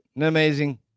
Amazing